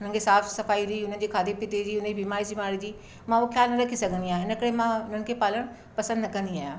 हुननि खे साफ़ सफ़ाई जी हुननि जे खाधे पीते जी हुन ई बीमारी सीमारी जी मां उहो ख़्याल न रखी सघंदी आहियां इन करे मां हुननि खे पालणु पसंदि न कंदी आहियां